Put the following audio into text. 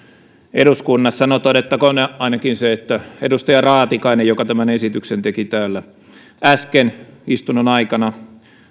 eduskunnassa no todettakoon ainakin se että edustaja raatikainen joka tämän esityksen teki täällä äsken istunnon aikana